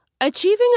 Achieving